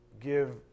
give